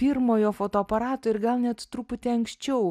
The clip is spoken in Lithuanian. pirmojo fotoaparato ir gal net truputį anksčiau